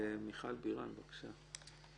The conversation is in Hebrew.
מיכל בירן, בבקשה.